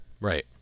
right